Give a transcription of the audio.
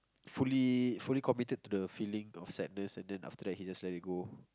fully fully committed to the feeling of sadness and then after that he just let it go